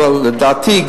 אבל דעתי,